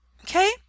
Okay